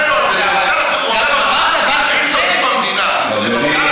למפכ"ל אסור להתראיין במדינה דמוקרטית?